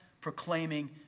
proclaiming